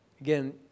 Again